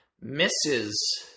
misses